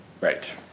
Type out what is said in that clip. Right